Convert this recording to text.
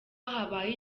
habaye